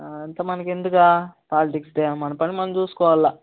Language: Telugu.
అంతా మనకు ఎందుకు పాలిటిక్స్ మన పని మనం చూసుకోవాల